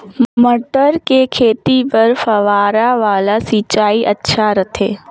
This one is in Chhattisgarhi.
मटर के खेती बर फव्वारा वाला सिंचाई अच्छा रथे?